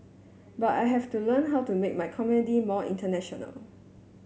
but I have to learn how to make my comedy more international